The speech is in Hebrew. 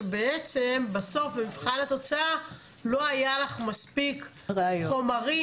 שבעצם בסוף במבחן התוצאה לא היה לך מספיק חומרים